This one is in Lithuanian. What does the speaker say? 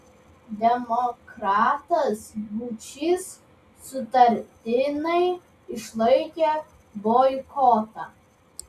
demokratas būčys sutartinai išlaikė boikotą